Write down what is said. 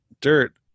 dirt